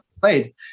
played